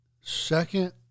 second